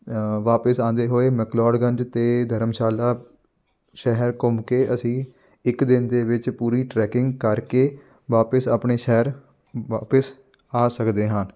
ਵਾਪਿਸ ਆਉਂਦੇ ਹੋਏ ਮਕਲੋੜਗੰਜ ਅਤੇ ਧਰਮਸ਼ਾਲਾ ਸ਼ਹਿਰ ਘੁੰਮ ਕੇ ਅਸੀਂ ਇੱਕ ਦਿਨ ਦੇ ਵਿੱਚ ਪੂਰੀ ਟਰੈਕਿੰਗ ਕਰਕੇ ਵਾਪਿਸ ਆਪਣੇ ਸ਼ਹਿਰ ਵਾਪਿਸ ਆ ਸਕਦੇ ਹਾਂ